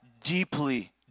deeply